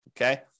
Okay